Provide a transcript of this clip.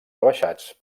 rebaixats